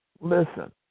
listen